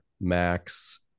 Max